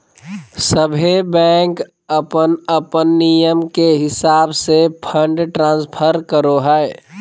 सभे बैंक अपन अपन नियम के हिसाब से फंड ट्रांस्फर करो हय